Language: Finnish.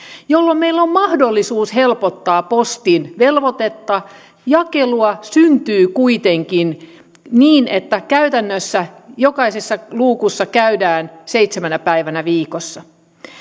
jolloin meillä on mahdollisuus helpottaa postin velvoitetta jakelua syntyy kuitenkin niin että käytännössä jokaisessa luukussa käydään seitsemänä päivänä viikossa